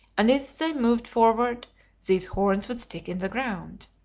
and if they moved forwards these horns would stick in the ground.